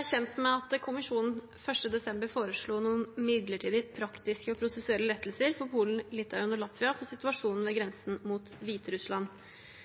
er kjent med at Kommisjonen den 1. desember foreslo noen midlertidige praktiske og prosessuelle lettelser for Polen, Litauen og Latvia for situasjonen ved grensen mot